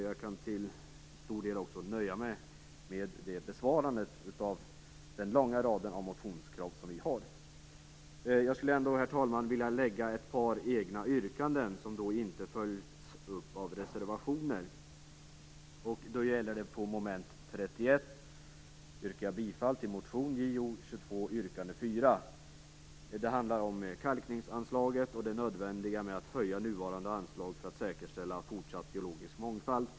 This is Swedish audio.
Jag kan till stor del nöja mig med det besvarandet av den långa rad av motionskrav som vi har. Herr talman! Jag vill ändå göra ett par yrkanden som inte följts upp av reservationer. Det gäller under mom. 31, där jag yrkar bifall till motion Jo22 yrkande 4. Det handlar om kalkningsanslaget och det nödvändiga med att höja det nuvarande anslaget för att säkerställa fortsatt biologisk mångfald.